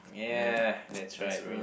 yeah that's right bro